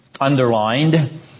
underlined